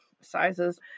sizes